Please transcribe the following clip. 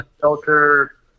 shelter